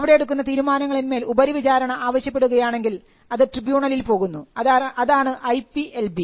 അവിടെ എടുക്കുന്ന തീരുമാനങ്ങളിൽമേൽ ഉപരി വിചാരണ ആവശ്യപ്പെടുകയാണെങ്കിൽ അത് ട്രിബ്യൂണലിൽ പോകുന്നു അതാണ് ഐപിഎൽബി